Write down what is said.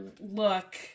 look